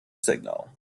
signal